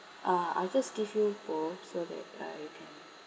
uh I'll just give you both so that uh you can